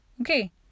okay